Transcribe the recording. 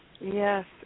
Yes